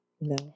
No